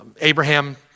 Abraham